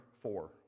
four